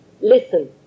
listen